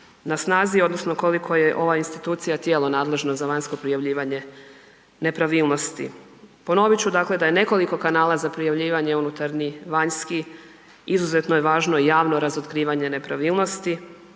na snazi odnosno koliko je ova institucija tijelo nadležno za vanjsko prijavljivanje nepravilnosti. Ponovit ću da je nekoliko kanala za prijavljivanje, unutarnji, vanjski izuzetno je važno javno razotkrivanje nepravilnosti,